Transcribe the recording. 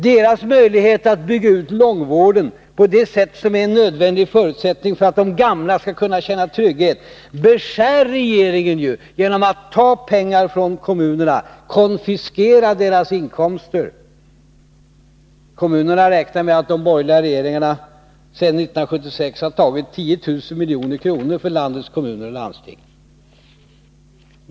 Deras möjligheter att bygga ut långvården på det sätt som är en nödvändig förutsättning för att de gamla skall kunna känna trygghet, beskär regeringen genom att ta pengar från kommunerna, konfiskera deras inkomster. Kommunerna beräknar att de borgerliga regeringarna sedan 1976 tagit 10 000 milj.kr. från landets kommuner och landsting.